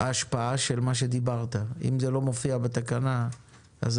ההערה שנשמעה מוסדרת בסט תקנות אחר